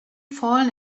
fallen